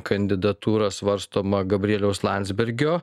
kandidatūra svarstoma gabrieliaus landsbergio